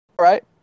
Right